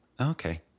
Okay